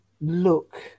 look